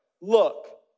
Look